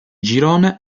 girone